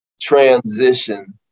transition